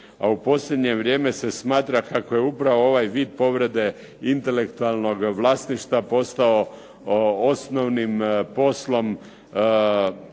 A u posljednje vrijeme se smatra kako je ovaj vid povrede intelektualnog vlasništva postao osnovnim poslom